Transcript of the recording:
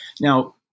Now